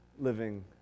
living